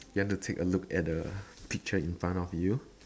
you want to take a look at the picture in front of you